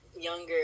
younger